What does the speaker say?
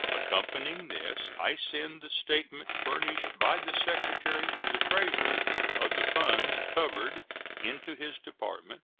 accompanying this i send the statement furnished by the secretary of the treasury of the funds covered into his department,